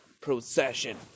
procession